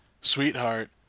sweetheart